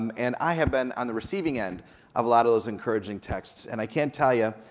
um and i have been on the receiving end of a lot of those encouraging texts, and i can't tell you,